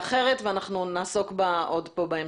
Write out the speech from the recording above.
זאת סוגיה אחרת ואנחנו נעסוק בה בהמשך.